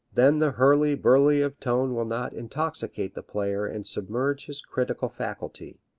then the hurly-burly of tone will not intoxicate the player and submerge his critical faculty.